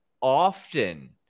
often